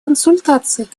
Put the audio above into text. консультаций